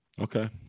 Okay